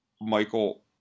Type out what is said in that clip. Michael